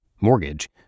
mortgage